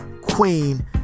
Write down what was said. queen